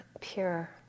pure